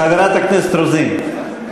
חברת הכנסת רוזין,